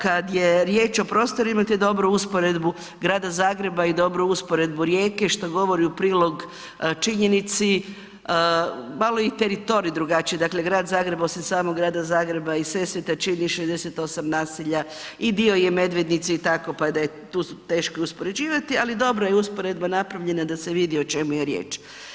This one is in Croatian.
Kad je riječ o prostorima, imate dobru usporedbu Grada Zagreba i dobru usporedbu Rijeke što govori u prilog činjenici, malo je i teritorij drugačiji, dakle Grad Zagreb osim samog Grada Zagreba i Sesvete čini 68 naselja i dio je Medvednice i tako, pa da tu teško je uspoređivati, ali dobra je usporedba napravljena da se vidi o čemu je riječ.